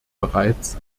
bereits